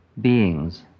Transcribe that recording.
beings